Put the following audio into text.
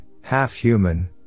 half-human